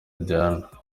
diana